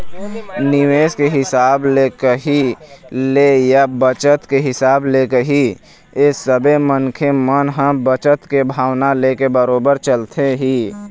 निवेश के हिसाब ले कही ले या बचत के हिसाब ले कही ले सबे मनखे मन ह बचत के भावना लेके बरोबर चलथे ही